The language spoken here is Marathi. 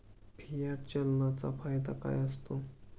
फियाट चलनाचा फायदा काय असतो?